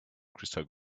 crystal